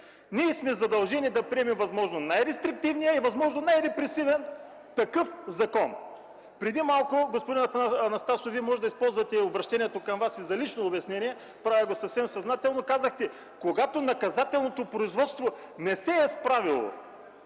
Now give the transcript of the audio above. ние сме задължени да приемем възможно най-рестриктивния и възможно най-репресивен такъв закон? Преди малко – господин Анастасов, Вие може да използвате и обръщението към Вас за лично обяснение, правя го съвсем съзнателно, казахте: „Когато наказателното производство не се е справило,